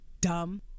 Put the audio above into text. dumb